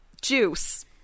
juice